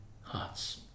hearts